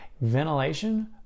ventilation